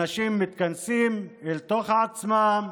אנשים מתכנסים אל תוך עצמם,